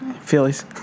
Phillies